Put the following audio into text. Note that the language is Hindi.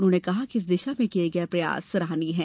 उन्होंने कहा कि इस दिशा में किए गए प्रयास सराहनीय हैं